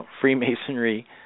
Freemasonry